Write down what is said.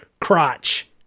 crotch